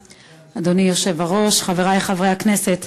אדוני היושב-ראש, תודה רבה, חברי חברי הכנסת,